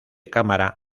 cámara